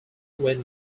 when